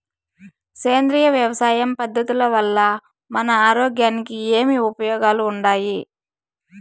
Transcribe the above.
సేంద్రియ వ్యవసాయం పద్ధతుల వల్ల మన ఆరోగ్యానికి ఏమి ఉపయోగాలు వుండాయి?